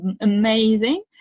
amazing